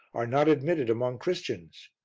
are not admitted among christians.